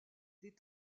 des